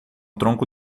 tronco